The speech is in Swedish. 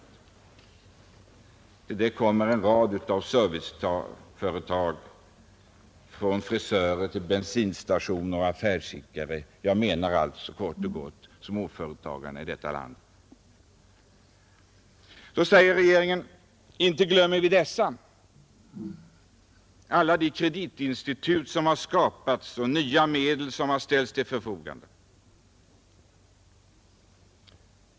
Till dessa kommer en rad serviceföretag, från frisörer till bensinstationer och affärsidkare eller kort sagt småföretagarna i detta land. Då säger regeringen: Inte glömmer vi dessa. Tänk på alla de kreditinstitut som har skapats och de nya medel som har ställts till förfogande!